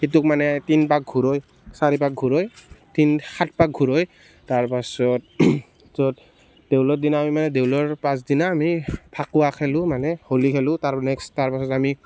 সেইটোক মানে তিনি পাক ঘূৰায় চাৰি পাক ঘূৰায় সাত পাক ঘূৰায় তাৰ পাছত য'ত দেউলৰ দিনা আমি মানে দেউলৰ পাছদিনা আমি ফাকুৱা খেলোঁ মানে হোলী খেলোঁ তাৰ নেক্সট তাৰ পাছত আমি